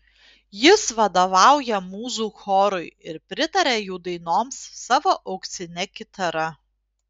jis vadovauja mūzų chorui ir pritaria jų dainoms savo auksine kitara